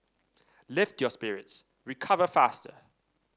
lift your spirits recover faster